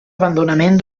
abandonament